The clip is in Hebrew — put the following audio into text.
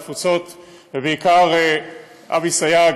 לעלות ולהתייחס לחוק.